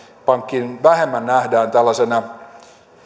pankki vähemmän nähdään tällaisena